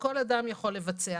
שכל אדם יכול לבצע,